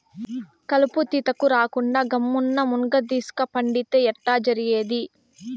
కలుపు తీతకు రాకుండా గమ్మున్న మున్గదీస్క పండితే ఎట్టా జరిగేది